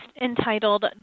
entitled